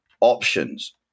options